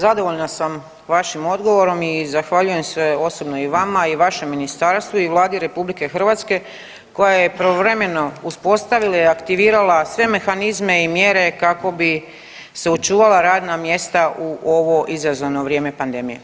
Zadovoljna sam vašim odgovorom i zahvaljujem se osobno i vama i vašem ministarstvu i Vladi RH koja je pravovremeno uspostavila i aktivirala sve mehanizme i mjere kako bi se očuvala radna mjesta u ovo izazovno vrijeme pandemije.